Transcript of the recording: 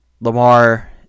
Lamar